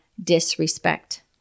disrespect